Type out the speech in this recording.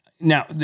now